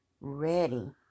ready